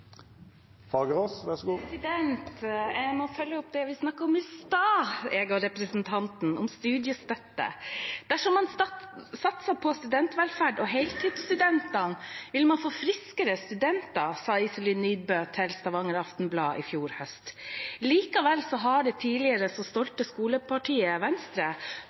om studiestøtte. «Dersom vi satser på studentvelferd og heltidsstudenten, vil vi forhåpentligvis få friskere studenter,» sa Iselin Nybø til Stavanger Aftenblad i fjor høst. Likevel har det tidligere så stolte skolepartiet Venstre,